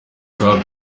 cap